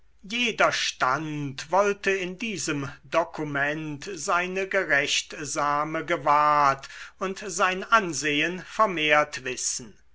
jeder stand wollte in diesem dokument seine gerechtsame gewahrt und sein ansehen vermehrt wissen